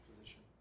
position